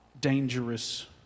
dangerous